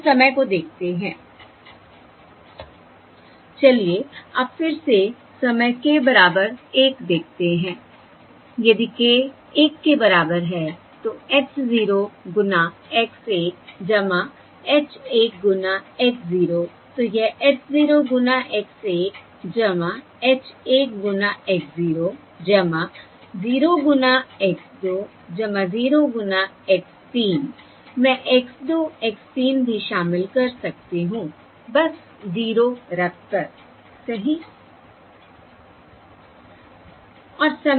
अब हम समय को देखते हैं चलिए अब फिर से समय k बराबर 1 देखते हैं यदि k 1 के बराबर है तो h 0 गुना x 1 h 1 गुना x 0 तो यह h 0 गुना x 1 h 1 गुना x 0 0 गुना x 2 0 गुना x 3 मैं x 2 x 3 भी शामिल कर सकती हूं बस जीरो रखकर सही